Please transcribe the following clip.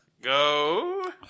Go